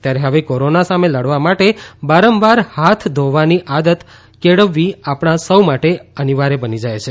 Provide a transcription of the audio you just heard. ત્યારે હવે કોરોના સામે લડવા માટે પણ વારંવાર હાથ ધોવાની આદત કેળવવી આપણા સૌ માટે અનિવાર્ય બની જાય છે